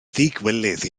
ddigywilydd